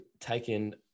taken